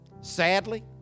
Sadly